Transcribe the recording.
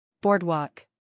Boardwalk